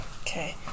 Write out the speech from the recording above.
Okay